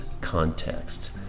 context